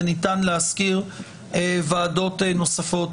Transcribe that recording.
וניתן להזכיר ועדות נוספות.